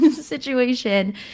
situation